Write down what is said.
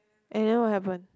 and then what happen